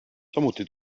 samuti